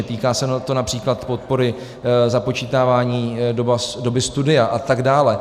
Týká se to například podpory započítávání doby studia a tak dále.